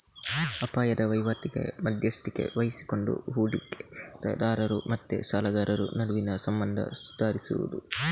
ಅಪಾಯದ ವೈವಾಟಿಗೆ ಮಧ್ಯಸ್ಥಿಕೆ ವಹಿಸಿಕೊಂಡು ಹೂಡಿಕೆದಾರರು ಮತ್ತೆ ಸಾಲಗಾರರ ನಡುವಿನ ಸಂಬಂಧ ಸುಧಾರಿಸುದು